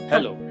Hello